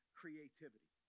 creativity